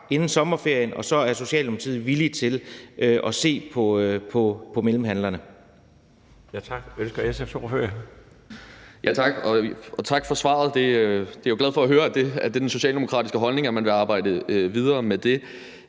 inden sommerferien, og så er Socialdemokratiet villige til at se på mellemhandlerne.